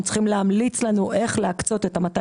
הם צריכים להמליץ לנו איך להקצות את 250